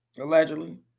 Allegedly